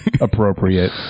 Appropriate